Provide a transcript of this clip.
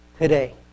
today